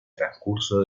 transcurso